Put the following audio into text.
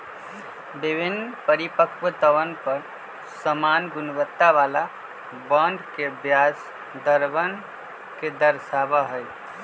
विभिन्न परिपक्वतवन पर समान गुणवत्ता वाला बॉन्ड के ब्याज दरवन के दर्शावा हई